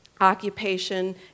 occupation